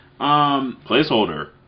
Placeholder